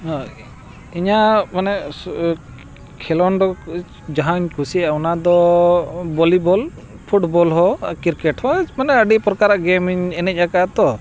ᱦᱳᱭ ᱤᱧᱟᱹᱜ ᱢᱟᱱᱮ ᱠᱷᱮᱞᱳᱸᱰ ᱡᱟᱦᱟᱧ ᱠᱩᱥᱤᱭᱟᱜᱼᱟ ᱚᱱᱟ ᱫᱚ ᱵᱷᱚᱞᱤᱵᱚᱞ ᱯᱷᱩᱴᱵᱚᱞ ᱦᱚᱸ ᱠᱨᱤᱠᱮᱴ ᱦᱚᱸ ᱢᱟᱱᱮ ᱟᱹᱰᱤ ᱯᱨᱚᱠᱟᱨᱟᱜ ᱜᱮᱢ ᱤᱧ ᱮᱱᱮᱡ ᱟᱠᱟᱜᱼᱟ ᱛᱚ